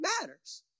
matters